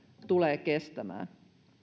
tulee kestämään